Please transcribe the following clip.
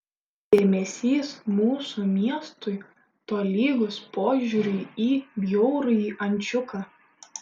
dėmesys mūsų miestui tolygus požiūriui į bjaurųjį ančiuką